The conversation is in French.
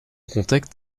contact